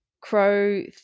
Crow